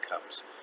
comes